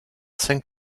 cinq